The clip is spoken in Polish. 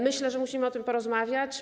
Myślę, że musimy o tym porozmawiać.